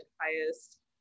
highest